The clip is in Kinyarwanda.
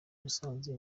musanze